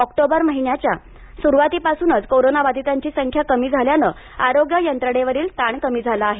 October महिन्याच्या सुरूवातीपासूनच कोरोनाबाधितांची संख्या कमी झाल्यानं आरोग्य यंत्रणेवरील ताण कमी झाला आहे